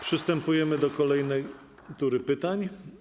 Przystępujemy do kolejnej tury pytań.